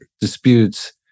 disputes